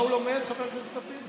מה הוא לומד, חבר הכנסת לפיד?